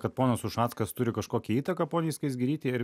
kad ponas ušackas turi kažkokią įtaką poniai skaisgirytei ar